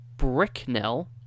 Bricknell